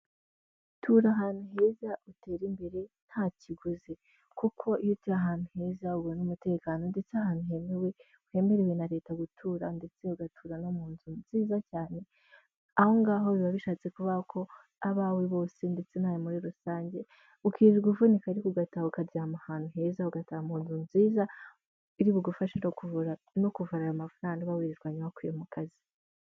Tura ahantu heza utere imbere nta kiguzi kuko iyo utuye ahantu heza ubona umutekano ndetse ahantu hemerewe na leta gutura ndetse ugatura no mu nzu nziza cyane, aho ngaho biba bishatse kuvuga ko abawe bose ndetse no muri rusange, ukirirwa uvunika ariko ugataha ukaryama ahantu heza, ugataha mu nzu nziza iri bugufashe no kukuvura amavunane uba wirirwanya wakuye mu kazi.